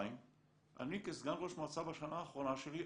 אני כסגן ראש מועצה בשנה האחרונה שלי,